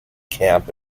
camp